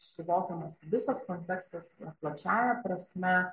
suvokiamas visas kontekstas plačiąja prasme